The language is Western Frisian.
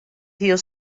hiel